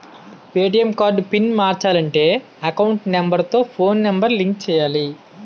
ATM card pin మార్చాలంటే account number తో phone number link చేయాలి